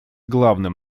главным